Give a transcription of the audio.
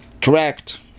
tracked